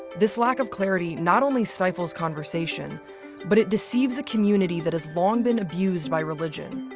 this lack of clarity not only stifles conversation but it deceives a community that has long been abused by religion.